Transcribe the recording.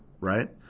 right